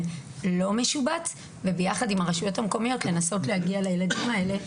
לא משובץ וביחד עם הרשויות המקומיות לנסות להגיע לילדים האלה.